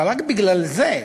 אבל רק בגלל זה,